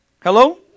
Hello